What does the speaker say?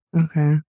Okay